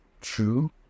true